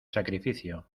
sacrificio